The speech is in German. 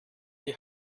die